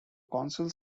councils